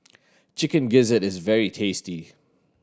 Chicken Gizzard is very tasty